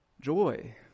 joy